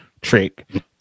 trick